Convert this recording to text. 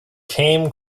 came